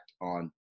on